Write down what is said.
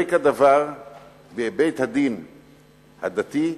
ייבדק הדבר בבית-הדין הדתי,